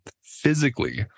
physically